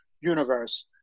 universe